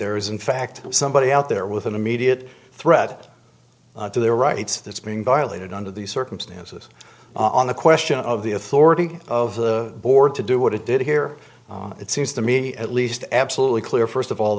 there is in fact somebody out there with an immediate threat to their rights that's being violated under these circumstances on the question of the authority of the board to do what it did here it seems to me at least absolutely clear first of all